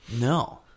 No